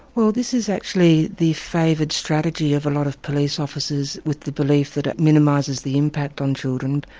well this is actually the favoured strategy of a lot of police officers, with the belief that it minimises the impact on children.